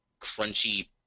crunchy